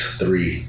three